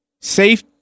Safe